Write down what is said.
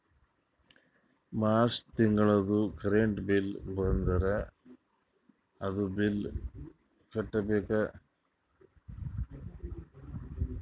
March ತಿಂಗಳದೂ current bill ಬಂದದ, ಅದೂ ಬಿಲ್ ಕಟ್ಟಬೇಕ್